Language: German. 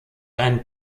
ein